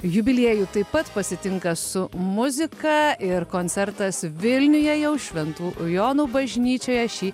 jubiliejų taip pat pasitinka su muzika ir koncertas vilniuje jau šventų jonų bažnyčioje šį